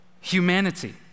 humanity